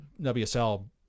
WSL